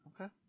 okay